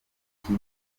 ikipe